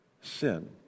sin